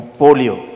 polio